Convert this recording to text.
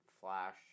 flash